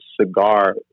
cigar